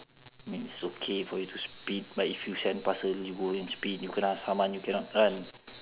I mean it's okay for you to speed but if you send parcels you go and speed you kena summon you cannot run